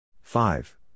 five